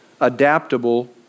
adaptable